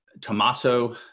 Tommaso